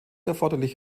erforderlich